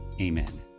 Amen